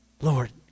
Lord